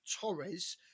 Torres